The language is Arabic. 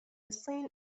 الصين